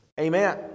amen